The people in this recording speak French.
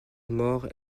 mort